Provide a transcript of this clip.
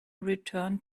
return